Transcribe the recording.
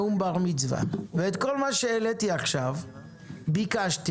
ואת כל מה שהעליתי עכשיו ביקשתי,